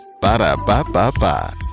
Ba-da-ba-ba-ba